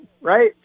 right